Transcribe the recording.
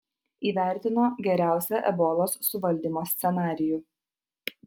įvertino geriausią ebolos suvaldymo scenarijų